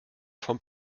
vom